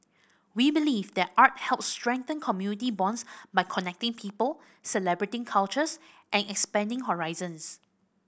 we believe that art helps strengthen community bonds by connecting people celebrating cultures and expanding horizons